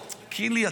קינלי,